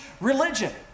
religion